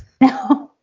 No